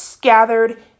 gathered